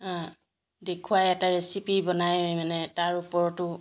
দেখুৱাই এটা ৰেচিপি বনাই মানে তাৰ ওপৰতো